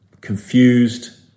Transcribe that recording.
confused